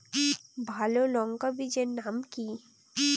ভালো লঙ্কা বীজের নাম কি?